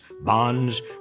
bonds